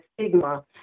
stigma